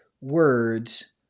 words